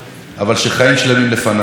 אבל שחיים שלמים לפניו.